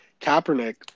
Kaepernick